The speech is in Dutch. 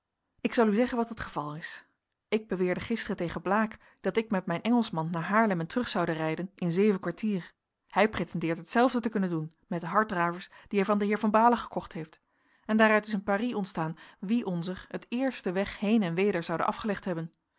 ik zal u zeggen wat het geval is ik beweerde gisteren tegen blaek dat ik met mijn engelschman naar haarlem en terug zoude rijden in zeven kwartier hij pretendeert hetzelfde te kunnen doen met de harddravers die hij van den heer van baalen gekocht heeft en daaruit is een pari ontstaan wie onzer het eerst den weg heen en weder zoude afgelegd hebben